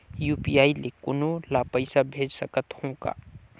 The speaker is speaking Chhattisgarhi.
यू.पी.आई ले कोनो ला पइसा भेज सकत हों का?